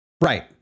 Right